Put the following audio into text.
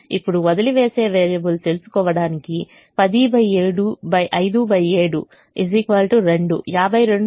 ఇప్పుడు వదిలివేసే వేరియబుల్ తెలుసుకోవడానికి107 57 2 527 57 525